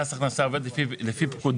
מס הכנסה עובד לפי פקודה,